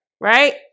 right